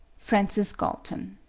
francis galton